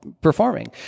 performing